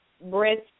breast